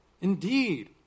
Indeed